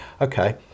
okay